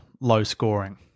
low-scoring